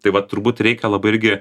tai va turbūt reikia labai irgi